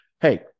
Hey